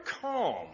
calm